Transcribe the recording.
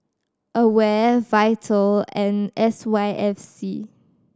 AWARE Vital and S Y F C